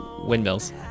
windmills